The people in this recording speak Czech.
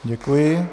Děkuji.